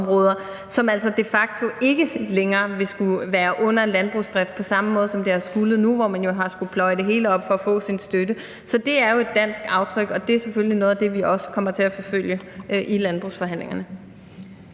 som altså de facto ikke længere vil være under landbrugsdrift på samme måde, som det har skullet nu, hvor man jo har skullet pløje det hele op for at få sin støtte. Så det er jo et dansk aftryk, og det er selvfølgelig noget af det, vi også kommer til at forfølge i landbrugsforhandlingerne.